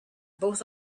both